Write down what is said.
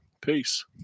Peace